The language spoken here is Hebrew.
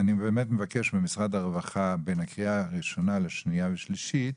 אני מבקש ממשרד הרווחה בין הקריאה הראשונה לשנייה ושלישית,